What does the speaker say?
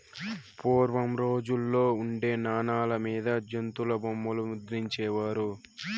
పూర్వం రోజుల్లో ఉండే నాణాల మీద జంతుల బొమ్మలు ముద్రించే వారు